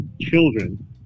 children